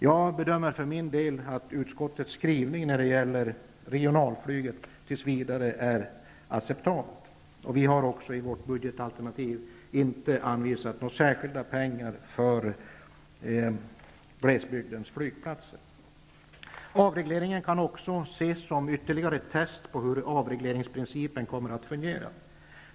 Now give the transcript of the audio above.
Jag bedömer utskottets skrivning när det gäller regionalflyget som acceptabel. Vi har inte heller i vårt budgetalternativ anvisat några pengar till glesbygdens flygplatser. Avreglering kan också ses som ytterligare ett test på hur avregleringsprincipen kommer att fungera.